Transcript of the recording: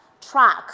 track